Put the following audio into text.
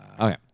okay